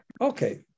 okay